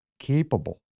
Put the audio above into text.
capable